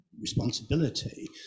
responsibility